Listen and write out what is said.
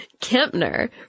Kempner